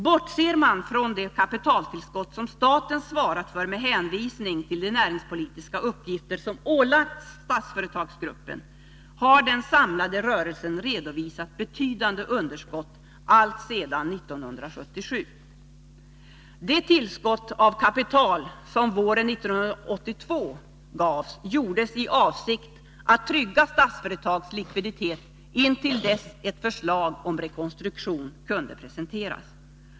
Bortser man från de kapitaltillskott som staten svarat för med hänvisning till de näringspolitiska uppgifter som ålagts Statsföretagsgruppen har den samlade rörelsen redovisat betydande underskott allt sedan 1977. Det tillskott av kapital som gavs våren 1982 gjordes i avsikt att trygga Statsföretags likviditet intill dess ett förslag om rekonstruktion kunde presenteras.